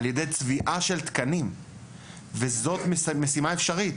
על ידי צביעה של תקנים וזאת משימה אפשרית,